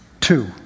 two